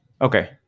okay